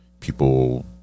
People